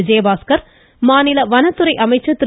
விஜயபாஸ்கர் மாநில வனத்துறை அமைச்சர் திரு